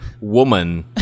woman